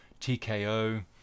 TKO